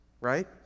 Right